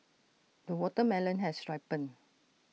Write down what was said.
the watermelon has ripened